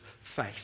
faith